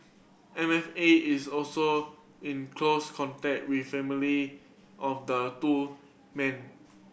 M F A is also in close contact with family of the two men